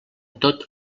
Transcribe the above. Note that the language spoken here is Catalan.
tot